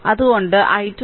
അതിനാൽ i2 i1 6